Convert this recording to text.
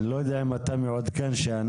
אני לא יודע אם אתה מעודכן שאנחנו